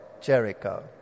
Jericho